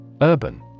Urban